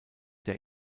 der